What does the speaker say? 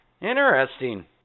Interesting